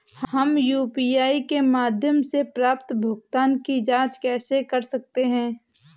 हम यू.पी.आई के माध्यम से प्राप्त भुगतान की जॉंच कैसे कर सकते हैं?